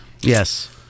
yes